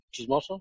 chismoso